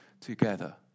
together